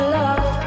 love